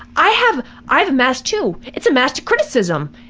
i have i have a mask, too. it's a mask to criticism!